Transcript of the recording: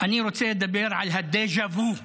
אני רוצה לדבר על הדז'ה וו.